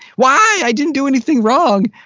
why! i didn't do anything wrong.